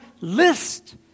list